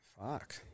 Fuck